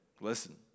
listen